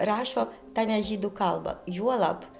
rašo ta ne žydų kalba juolab